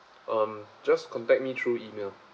um just contact me through email